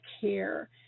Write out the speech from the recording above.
care